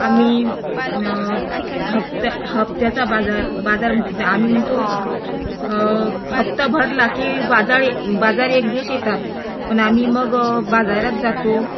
आम्ही हप्त्या हप्त्याचा बाजार बाजार आम्ही म्हणतो हप्ता भरला की बाजार बाजार एक दिवस येतात पण आम्ही मग बाजारात जातो